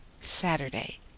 SATURDAY